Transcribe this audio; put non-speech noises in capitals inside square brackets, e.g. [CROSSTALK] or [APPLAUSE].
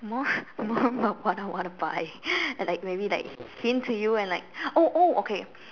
more [LAUGHS] more about what I wanna buy and like maybe like hint to you and like oh oh okay